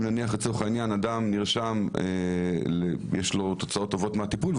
אם לאדם יש תוצאות טובות מהטיפול,